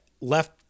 left